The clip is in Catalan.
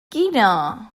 quina